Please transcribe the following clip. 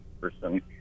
person